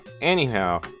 anyhow